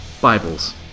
Bibles